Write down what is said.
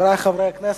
חברי חברי הכנסת,